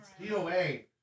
DOA